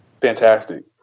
fantastic